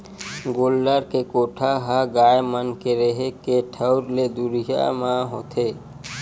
गोल्लर के कोठा ह गाय मन के रेहे के ठउर ले दुरिया म होथे